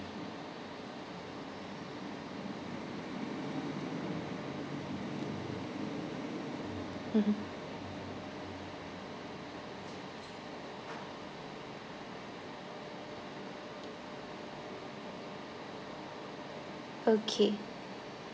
mmhmm okay